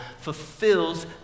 fulfills